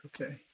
okay